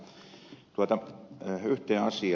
yhteen asiaan vielä tässä